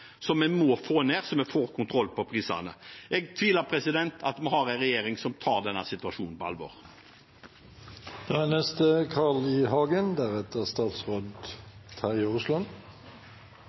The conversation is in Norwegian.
som vi må få ned, så vi får kontroll på prisene. Jeg tviler på at vi har en regjering som tar denne situasjonen på alvor. Finansminister og Senterparti-leder Trygve Slagsvold Vedum sa i